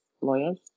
lawyers